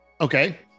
Okay